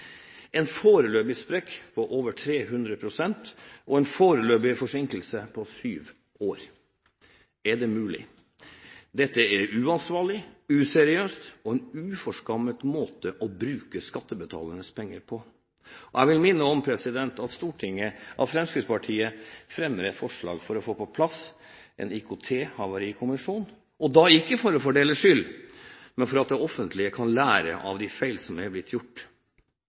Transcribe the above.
en foreløpig sprekk på over 300 pst. og en foreløpig forsinkelse på sju år. Er det mulig? Dette er uansvarlig, useriøst og en uforskammet måte å bruke skattebetalernes penger på. Jeg vil minne om at Fremskrittspartiet fremmer et forslag for å få på plass en IKT-havarikommisjon, og da ikke for å fordele skyld, men for at det offentlige kan lære av de feil som er blitt gjort.